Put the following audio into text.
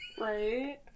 Right